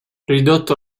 ridotto